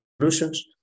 solutions